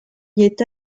est